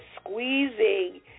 squeezing